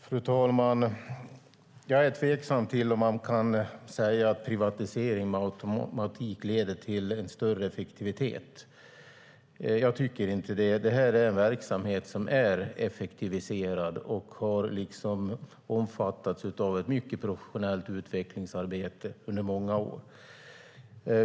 Fru talman! Jag är tveksam till om man kan säga att privatisering per automatik leder till större effektivitet. Jag tycker inte det. Det här är en verksamhet som är effektiviserad. Den har omfattats av ett mycket professionellt utvecklingsarbete under många år.